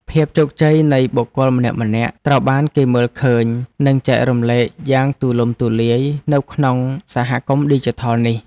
ភាពជោគជ័យនៃបុគ្គលម្នាក់ៗត្រូវបានគេមើលឃើញ និងចែករំលែកយ៉ាងទូលំទូលាយនៅក្នុងសហគមន៍ឌីជីថលនេះ។